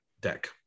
deck